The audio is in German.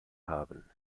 haben